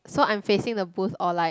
so I'm facing the booth or like